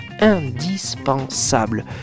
indispensable